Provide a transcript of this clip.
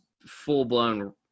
full-blown